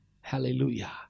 Hallelujah